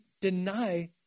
deny